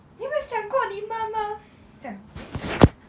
你没有想过你妈妈这样